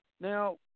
Now